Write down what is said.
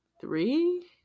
three